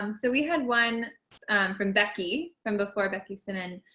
um so we had one from becky from before. becky sinan.